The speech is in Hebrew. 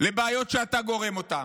בבעיות שאתה גורם אותן,